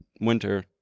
winter